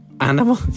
Animal